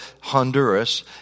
Honduras